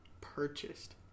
purchased